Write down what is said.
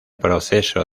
proceso